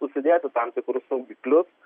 užsidėti tam tikrus saugiklius